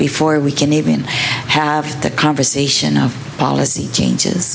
before we can even have the conversation of policy changes